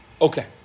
Okay